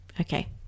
Okay